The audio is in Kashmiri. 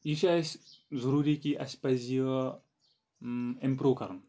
یہِ چھِ اَسہِ ضٔروٗری کہِ اَسہِ پَزِ اِمپرٛوٗ کَرُن